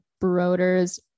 broder's